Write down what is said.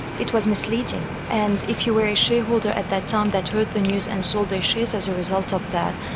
it was misleading, and if you were a shareholder at that time that heard the news and sold their shares as a result of that,